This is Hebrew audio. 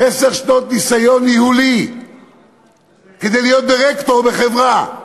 עשר שנות ניסיון ניהולי כדי להיות דירקטור בחברה.